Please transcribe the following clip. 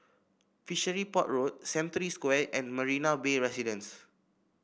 Fishery Port Road Century Square and Marina Bay Residence